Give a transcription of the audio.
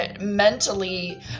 mentally